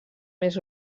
més